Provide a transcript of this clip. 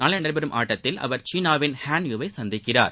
நாளை நடைபெறும் ஆட்டத்தில் அவர் சீனாவின் ஹான் யூவை சந்திக்கிறார்